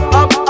up